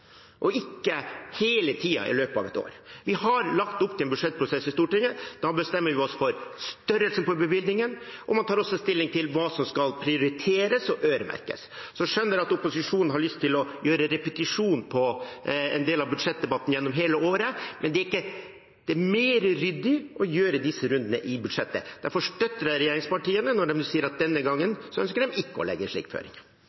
og ikke hele tiden i løpet av et år. Vi har lagt opp til en budsjettprosess i Stortinget. Da bestemmer vi oss for størrelsen på bevilgningen, og man tar også stilling til hva som skal prioriteres og øremerkes. Så skjønner jeg at opposisjonen har lyst til å repetere en del av budsjettdebatten gjennom hele året, men det er mer ryddig å gjøre disse rundene i forbindelse med budsjettet. Derfor støtter jeg regjeringspartiene når de sier at denne gangen ønsker de ikke å legge slike føringer.